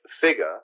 figure